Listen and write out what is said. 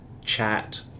chat